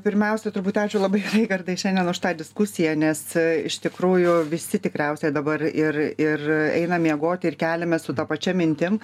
pirmiausia turbūt ačiū labai raigardai šiandien už tą diskusiją nes iš tikrųjų visi tikriausiai dabar ir ir eina miegoti ir keliamės su ta pačia mintim